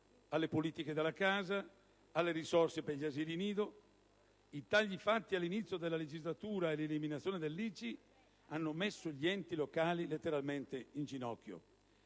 alle politiche della casa, alle risorse per gli asili nido. I tagli fatti all'inizio della legislatura e l'eliminazione dell'ICI hanno messo gli enti locali letteralmente in ginocchio.